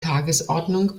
tagesordnung